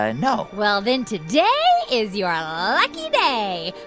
ah no well, then today is your lucky day.